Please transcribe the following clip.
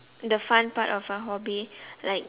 the fun part of your hobby like